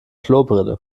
klobrille